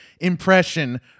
impression